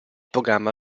programma